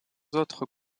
autres